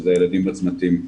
של הילדים בצמתים.